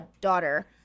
daughter